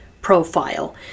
profile